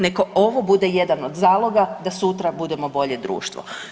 Neka ovo bude jedan od zaloga da sutra budemo bolje društvo.